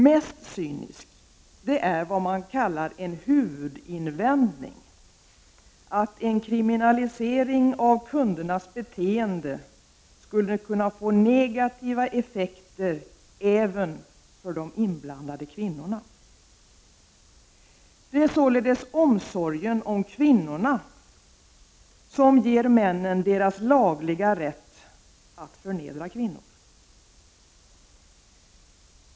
Mest cyniskt är vad man kallar en huvudinvändning, nämligen att en kriminalisering av kundernas beteende skulle kunna få negativa effekter även för de inblandade kvinnorna! Det är således omsorgen om kvinnorna som ger männen deras lagliga rätt att förnedra kvinnor!